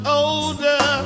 older